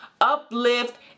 uplift